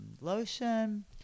lotion